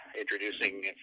introducing